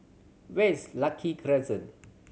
where is Lucky Crescent